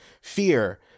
Fear